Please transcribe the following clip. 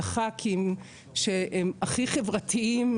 לח"כים שהם הכי חברתיים,